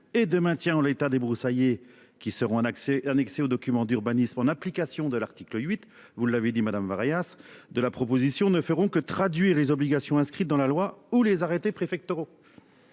et de maintien en l'état débroussaillé, qui seront annexés aux documents d'urbanisme en application de l'article 8 de la proposition de loi, ne feront que traduire les obligations inscrites dans la loi ou les arrêtés préfectoraux.